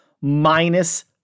minus